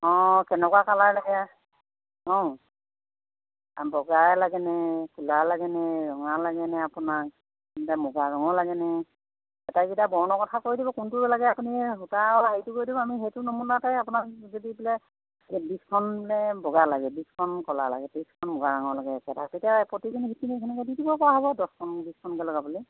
অঁ কেনেকুৱা কালাৰ লাগে অঁ বগাই লাগেনে ক'লা লাগেনে ৰঙা লাগেনে আপোনাক বোলে মুগা ৰঙৰ লাগেনে এটাইকেইটা বৰণৰ কথা কৈ দিব কোনটো লাগে আপুনি সূতা আৰু হেৰিটো কৈ দিব আমি সেইটো নমুনাতে আপোনাক যদি বোলে বিছখন বোলে বগা লাগে বিছখন ক'লা লাগে বিছখন মুগা ৰঙৰ লাগে একেতা তেতিয়া প্ৰতিজনী শিপিনীক সেনেকৈ দি দিবপৰা হ'ব দহখন বিছখনকৈ লগাবলৈ